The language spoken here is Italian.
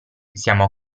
siamo